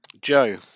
Joe